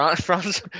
France